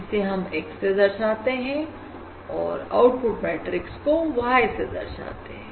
इसे हम X से दर्शाते हैं और आउटपुट मैट्रिक्स को Y से दर्शाते हैं